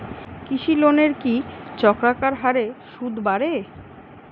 কৃষি লোনের কি চক্রাকার হারে সুদ বাড়ে?